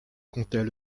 comptais